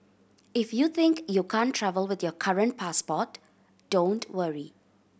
if you think you can't travel with your current passport don't worry